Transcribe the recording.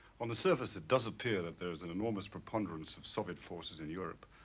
on the surface it does appear that there's an enormous preponderance of soviet forces in europe.